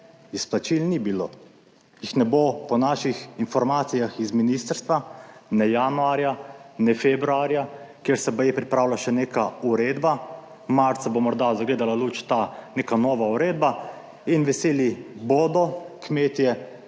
Izplačil ni bilo. Jih ne bo po naših informacijah iz ministrstva ne januarja ne februarja, kjer se baje pripravila še neka uredba. Marca bo morda zagledala luč ta neka nova uredba in veseli bodo kmetje,